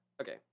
Okay